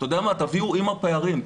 תביאו עם הפערים,